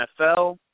NFL